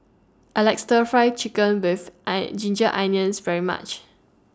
I like Stir Fry Chicken with Ginger Onions very much